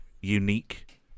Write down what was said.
unique